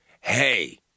hey